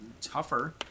tougher